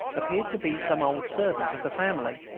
appeared to be some old servant of the family,